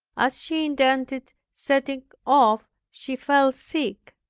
as she intended setting off, she fell sick.